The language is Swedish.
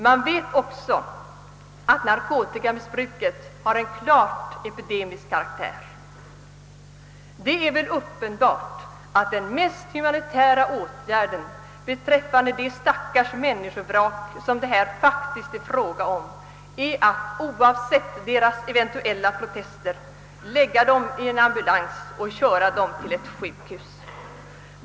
Man vet också att narkotikamissbruket har en klart epidemisk karaktär. Det är väl uppenbart att den mest humanitära åtgärden för de stackars människovrak som det här faktiskt är fråga om är att, oavsett deras eventuella protester, lägga dem i en ambulans och köra dem till sjukhus.